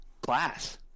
Class